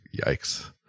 yikes